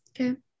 Okay